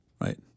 right